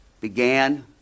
began